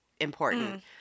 important